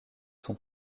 son